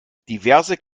diverse